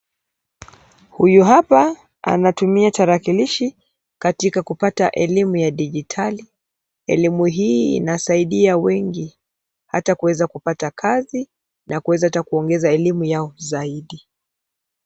Huyu hapa anatumia tarakilishi katika kupata elimu ya dijitali. Elimu hii inasaidia wengi hata kuweza kupata kazi na kuweza hata kuongeza elimu yao hata zaidi.